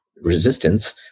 Resistance